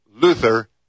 Luther